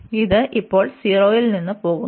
അതിനാൽ ഇത് ഇപ്പോൾ 0 ൽ നിന്ന് പോകുന്നു